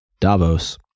davos